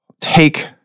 take